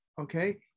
okay